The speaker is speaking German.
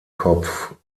kopf